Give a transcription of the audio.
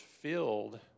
filled